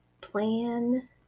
Plan